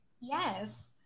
Yes